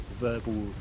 verbal